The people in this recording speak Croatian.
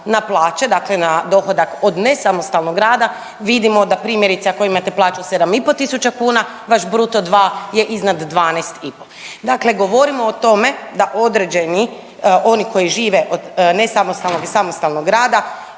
na plaće, dakle na dohodak od nesamostalnog rada, vidimo da, primjerice, ako imate plaću 7,5 tisuća kuna vaš bruto 2 je iznad 12,5. Dakle govorimo o tome da određeni oni koji žive od nesamostalnog i samostalnog rada